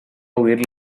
oír